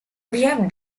we’ve